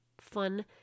fun